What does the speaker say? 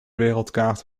wereldkaart